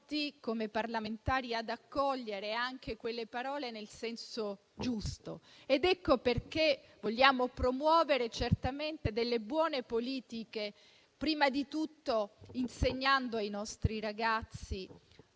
come parlamentari ad accogliere quelle parole nel senso giusto. Ecco perché vogliamo promuovere certamente delle buone politiche, prima di tutto insegnando ai nostri ragazzi